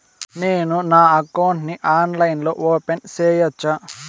నేను నా అకౌంట్ ని ఆన్లైన్ లో ఓపెన్ సేయొచ్చా?